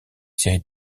séries